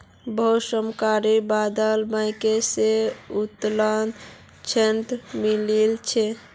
बहुत मशक्कतेर बाद बैंक स उत्तोलन ऋण मिलील छ